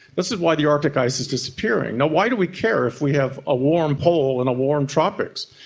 this is why the arctic ice is disappearing. now, why do we care if we have a warm pole and a warm tropics?